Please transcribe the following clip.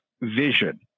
vision